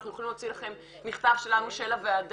אנחנו יכולים להוציא לכם מכתב שלנו של הוועדה,